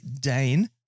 Dane